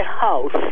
house